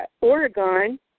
Oregon